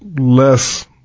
less